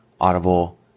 Audible